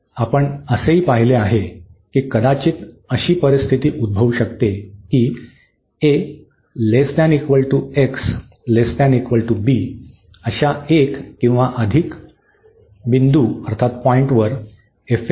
आपण असेही पाहिले आहे की कदाचित अशी परिस्थिती उद्भवू शकते की अशा एक किंवा अधिक बिंदूंवर अनबाउंडेड आहे